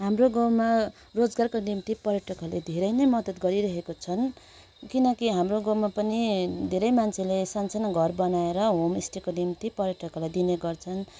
हाम्रो गाउँमा रोजगारको निम्ति पर्यटकहरूले धेरै नै मद्दत गरिरहेका छन् किनकि हाम्रो गाउँमा पनि धेरै मान्छेले सानो सानो घर बनाएर होमस्टेको निम्ति पर्यटकहरूलाई दिने गर्छन्